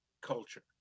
culture